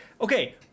okay